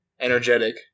energetic